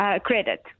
credit